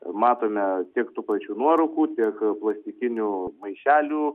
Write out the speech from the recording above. matome tiek tų pačių nuorūkų tiek plastikinių maišelių